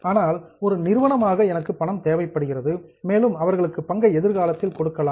ஆனால் ஒரு நிறுவனமாக எனக்கு பணம் தேவைப்படுகிறது மேலும் அவர்களுக்கு பங்கை எதிர்காலத்தில் கொடுக்கலாம்